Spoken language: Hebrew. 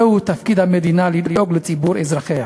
זהו תפקיד המדינה: לדאוג לציבור אזרחיה.